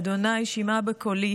אדני שִׁמְעָה בקולי